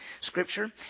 scripture